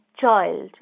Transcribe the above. child